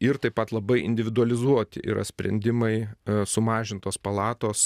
ir taip pat labai individualizuoti yra sprendimai sumažintos palatos